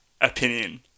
Opinion